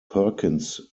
perkins